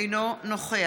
אינו נוכח